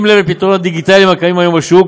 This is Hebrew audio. ובשים לב לפתרונות הדיגיטליים הקיימים היום בשוק,